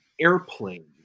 airplane